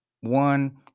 One